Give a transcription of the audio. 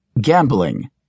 Gambling